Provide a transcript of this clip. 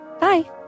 Bye